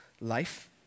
life